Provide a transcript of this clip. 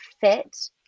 fit